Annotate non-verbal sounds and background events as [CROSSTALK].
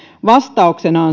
vastauksenaan [UNINTELLIGIBLE]